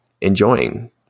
enjoying